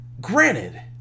Granted